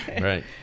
Right